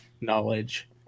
knowledge